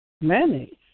Mayonnaise